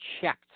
checked